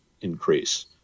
increase